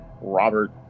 Robert